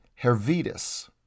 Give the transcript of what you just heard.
Hervidus